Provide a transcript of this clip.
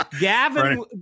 Gavin